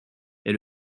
est